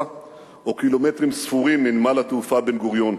או קילומטרים ספורים מנמל התעופה בן-גוריון.